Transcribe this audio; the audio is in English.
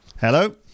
Hello